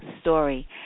story